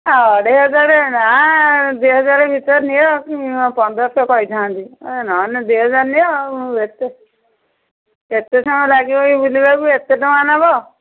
ଅଢ଼େଇ ହଜାର ନା ଦୁଇ ହଜାର ଭିତରେ ନିଅ ପନ୍ଦରଶହ କହିଥାନ୍ତି ନହେଲେ ଦୁଇ ହଜାର ନିଅ ଏତେ କେତେ ସମୟ ଲାଗିବ ବୁଲିବାକୁ ଏତେ ଟଙ୍କା ନେବ